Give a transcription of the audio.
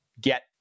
get